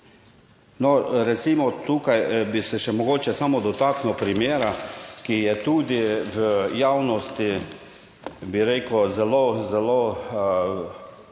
no, recimo tukaj bi se še mogoče samo dotaknil primera, ki je tudi v javnosti, bi rekel, zelo, zelo